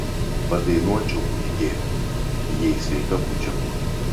padainuočiau kunigėl jei sveika būčiau